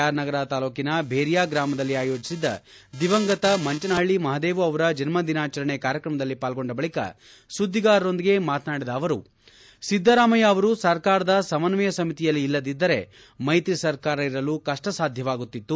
R Nagar ತಾಲ್ಲೂಕಿನ ಭೇರ್ಯ ಗ್ರಾಮದಲ್ಲಿ ಆಯೋಜಿಸಿದ್ದ ದಿವಂಗತ ಮಂಚನಹಳ್ಳಿ ಮಹದೇವು ಅವರ ಜನ್ನ ದಿನ ಆಚರಣೆ ಕಾರ್ಯಕ್ರಮದಲ್ಲಿ ಪಾಲ್ಗೊಂಡ ಬಳಿಕ ಸುದ್ದಿಗಾರರೊಂದಿಗೆ ಮಾತನಾಡಿದ ಅವರು ಸಿದ್ದರಾಮಯ್ಯ ಅವರು ಸರ್ಕಾರದ ಸಮನ್ವಯ ಸಮಿತಿಯಲ್ಲಿ ಇಲ್ಲದಿದ್ದರೆ ಮೈತ್ರಿ ಸರ್ಕಾರ ಇರಲು ಕಪ್ಪ ಸಾಧ್ಯವಾಗುತ್ತಿತ್ತು